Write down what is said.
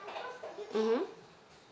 mmhmm